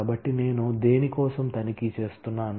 కాబట్టి నేను దేని కోసం తనిఖీ చేస్తున్నాను